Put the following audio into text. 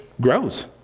grows